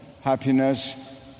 happiness